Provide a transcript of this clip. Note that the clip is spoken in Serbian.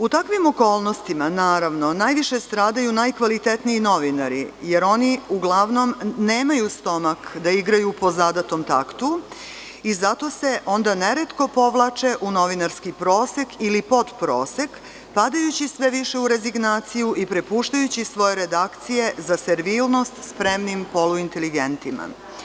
U takvim okolnostima, naravno, najviše stradaju najkvalitetniji novinari, jer oni uglavnom nemaju stomak da igraju po zadatom taktu, i zato se onda neretko povlače u novinarski prosek ili podprosek, padajući sve više u rezignaciju i prepuštajući svoje redakcije za servilnost spremnim poluinteligentima.